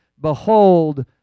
Behold